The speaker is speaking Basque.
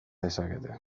dezakete